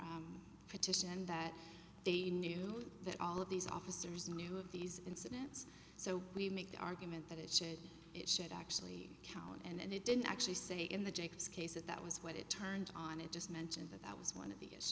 our petition that they knew that all of these officers knew of these incidents so we make the argument that it should it should actually count and it didn't actually say in the jacobs case that that was what it turned on it just mentioned that that was one of the